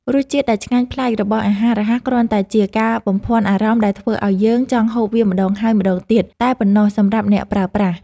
រសជាតិដែលឆ្ងាញ់ប្លែករបស់អាហាររហ័សគ្រាន់តែជាការបំភាន់អារម្មណ៍ដែលធ្វើឲ្យយើងចង់ហូបវាម្តងហើយម្តងទៀតតែប៉ុណ្ណោះសម្រាប់អ្នកប្រើប្រាស់។